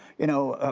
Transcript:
you know,